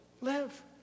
live